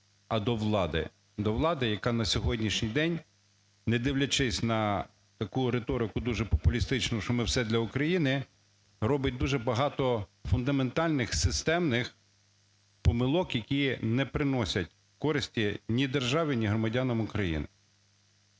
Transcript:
а до влади. До влади, яка на сьогоднішній день, не дивлячись на таку риторику дуже популістичну, що ми все для України, робить дуже багато фундаментальних системних помилок, які не приносять користі ні державі, ні громадянам України.